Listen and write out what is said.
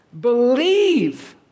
Believe